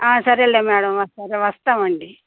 సరేలే మేడం సరే వస్తామండి